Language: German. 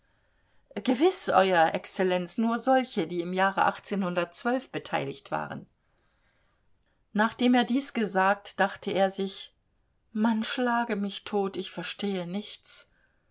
gewiß euer exzellenz nur solche die im jahre beteiligt waren nachdem er dies gesagt dachte er sich man schlage mich tot ich verstehe nichts